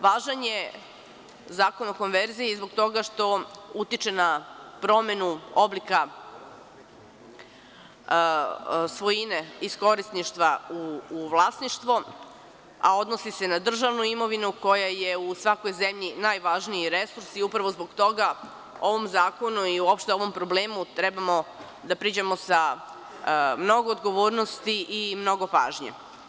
Važan je zakon o konverziji zbog toga što utiče na promenu oblika svojine iz korisništva u vlasništvo, a odnosi se na državnu imovinu koja je u svakoj zemlji najvažniji resurs, i upravo zbog toga ovom zakonu i uopšte ovom problemu trebamo da priđemo sa mnogo odgovornosti i mnogo pažnje.